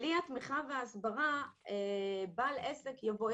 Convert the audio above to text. בלי תמיכה וההסברה בעל עסק יבוא,